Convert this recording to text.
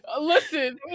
Listen